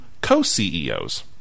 co-CEOs